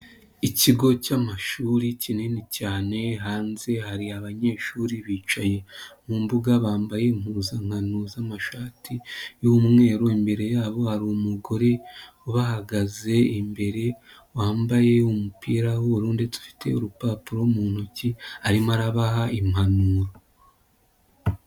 Ikigo cy'amashuri kinini cyane hanze hari abanyeshuri bicaye mu mbuga bambaye impuzankano z'amashati y'umweru, imbere yabo hari umugore ubahagaze imbere wambaye umupira w'ubururu ndetse ufite urupapuro mu ntoki arimo arabaha impanuro.